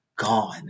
gone